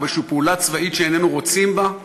באיזו פעולה צבאית שאיננו רוצים בה,